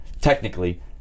technically